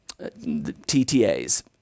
TTAs